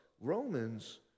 Romans